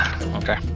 Okay